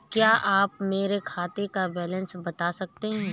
क्या आप मेरे खाते का बैलेंस बता सकते हैं?